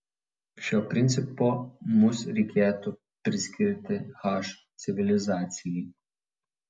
šio principo mus reikėtų priskirti h civilizacijai